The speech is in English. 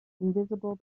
invisible